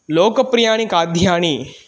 लोकप्रियाणि खाद्यानि